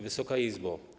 Wysoka Izbo!